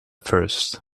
first